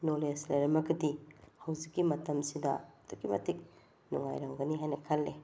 knowledge ꯂꯩꯔꯝꯃꯒꯗꯤ ꯍꯧꯖꯤꯛꯀꯤ ꯃꯇꯝꯁꯤꯗ ꯑꯗꯨꯛꯀꯤ ꯃꯇꯤꯛ ꯅꯨꯉꯥꯏꯔꯝꯒꯅꯤ ꯍꯥꯏꯅ ꯈꯜꯂꯤ